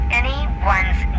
anyone's